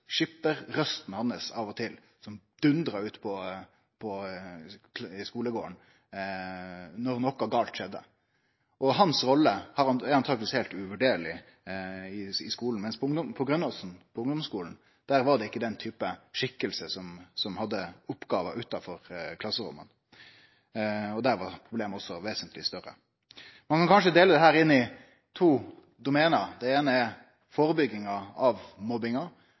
av og til dundra ut i skolegarden når det skjedde noko gale. Hans rolle er antakeleg heilt uvurderleg, mens på ungdomsskolen på Grønnåsen var det ikkje den typen skikkelse som hadde oppgåver utanfor klasserommet. Der var problemet vesentleg større. Ein kan kanskje dele dette inn i to domene. Det eine er førebygging av mobbinga,